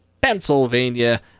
Pennsylvania